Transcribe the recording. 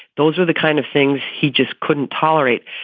those are the kind of things he just couldn't tolerate.